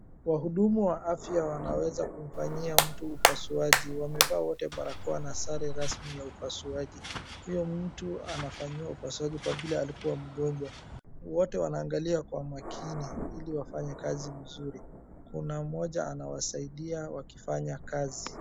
Wahudumu wa afya wanaweza kumfanyia mtu upasuaji. Wamevaa wote barakoa na sare rasmi ya upasuaji. Huyo mtu anafanyiwa upasuaji kwa vile alikuwa mgonjwa. Wote wanaangalia kwa makini ili wafanye kazi mzuri. Kuna mmoja anawasaidia wakifanya kazi.